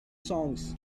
songs